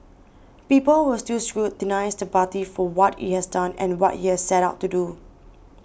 people will still scrutinise the party for what it has done and what it has set out to do